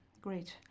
great